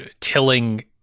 tilling